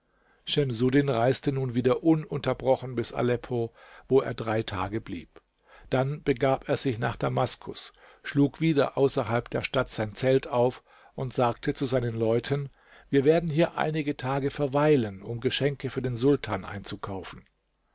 schemsuddin reiste nun wieder ununterbrochen bis aleppo wo er drei tage blieb dann begab er sich nach damaskus schlug wieder außerhalb der stadt sein zelt auf und sagte zu seinen leuten wir werden hier einige tage verweilen um geschenke für den sultan einzukaufen